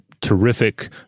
terrific